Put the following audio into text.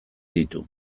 ditu